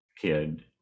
kid